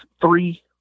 three